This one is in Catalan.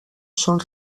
són